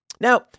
Now